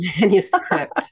manuscript